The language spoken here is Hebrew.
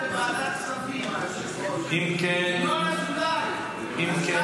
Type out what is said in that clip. --- ועדת כספים --- ינון אזולאי --- אם כן,